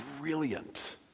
brilliant